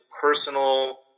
personal